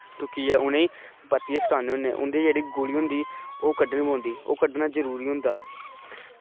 टुक्कियै उनें ई परतियै सुक्कानै होने ते उंदी जेह्ड़ी गुली होंदी ओह् कड्ढना पौंदी ओह् कड्ढना जरूरी होंदा